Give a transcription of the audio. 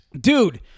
dude